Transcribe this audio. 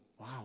wow